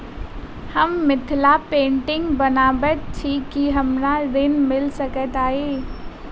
हम मिथिला पेंटिग बनाबैत छी की हमरा ऋण मिल सकैत अई?